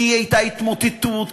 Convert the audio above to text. כי הייתה התמוטטות,